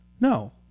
No